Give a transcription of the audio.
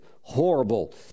horrible